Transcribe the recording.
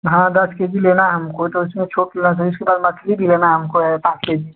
हाँ दस K G लेना हमको तो उसमें छूट लग इसके बाद मछली भी लेना हमको है पाँच के जी